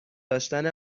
داشتن